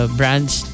brands